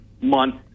month